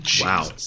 Wow